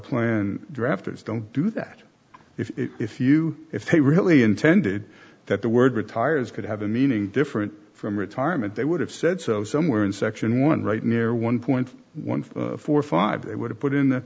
planned drafters don't do that if you if he really intended that the word retires could have a meaning different from retirement they would have said so somewhere in section one right near one point one four five they would have put in